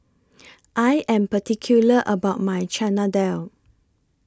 I Am particular about My Chana Dal